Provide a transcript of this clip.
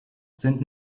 sind